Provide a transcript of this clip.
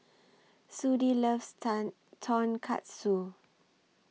Sudie loves Tonkatsu